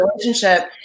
relationship